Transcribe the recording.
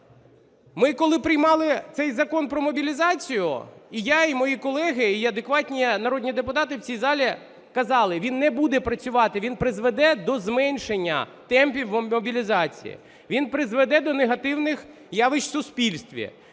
Ми, коли приймали цей Закон про мобілізацію, і я, і мої колеги, і адекватні народні депутати в цій залі казали: він не буде працювати, він призведе до зменшення темпів мобілізації, він призведе до негативних явищ в суспільстві,